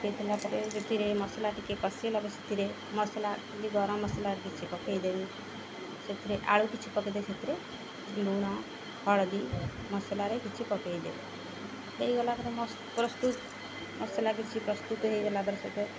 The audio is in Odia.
ପକେଇ ଦଲା ପରେ ସେଥିରେ ମସଲା ଟିକେ କଷେଇଗଲା ପରେ ସେଥିରେ ମସଲା ଗରମ ମସଲାରେ କିଛି ପକେଇ ଦେବ ସେଥିରେ ଆଳୁ କିଛି ପକେଇଦେବେ ସେଥିରେ ଲୁଣ ହଳଦୀ ମସଲାରେ କିଛି ପକେଇ ଦେବ ହେଇଗଲା ପରେ ପ୍ରସ୍ତୁତ ମସଲା କିଛି ପ୍ରସ୍ତୁତ ହେଇଗଲା ପରେ ସେତରେ